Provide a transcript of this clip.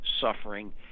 suffering